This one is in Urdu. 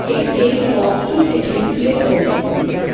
a tale of two cities play کرو